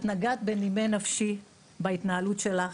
את נגעת בנימי נפשי בהתנהלות שלך,